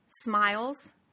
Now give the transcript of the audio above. smiles